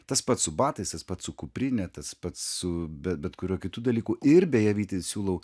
tas pats su batais tas pats su kuprine tas pats su bet kuriuo kitu dalyku ir beje vyti siūlau